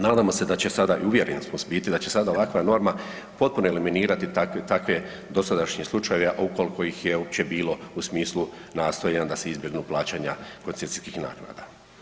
Nadamo se da će sada i uvjereni smo u biti, da se sada ovakva norma potpuno eliminirati takve dosadašnje slučajeve, a ukoliko ih je uopće bilo u smislu nastojanja da se izbjegnu plaćanja koncesijskih naknada.